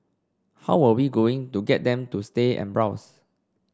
how were we going to get them to stay and browse